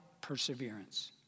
Perseverance